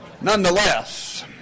nonetheless